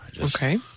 Okay